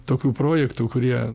tokių projektų kurie